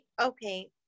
okay